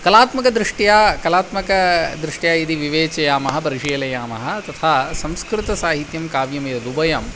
कलात्मकदृष्ट्या कलात्मकदृष्ट्या यदि विवेचयामः परिशीलयामः तथा संस्कृतसाहित्यं काव्यमेतदुभयं